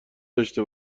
داشته